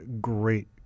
great